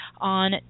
on